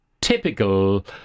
typical